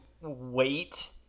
wait